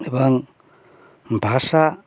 এবং ভাষা